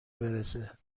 برسه